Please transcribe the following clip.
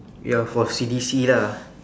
ya for C_D_C lah